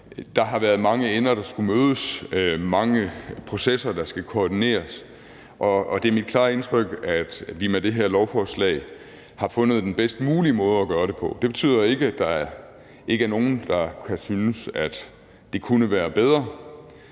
Der har været mange ender, der skulle mødes, og der er mange processer, der skal koordineres. Det er mit klare indtryk, at vi med det her lovforslag har fundet den bedst mulige måde at gøre det på. Det betyder ikke, at der ikke er nogen, der kan synes, at det kunne være bedre,